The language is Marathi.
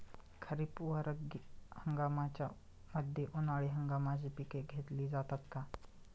खरीप व रब्बी हंगामाच्या मध्ये उन्हाळी हंगामाची पिके घेतली जातात का?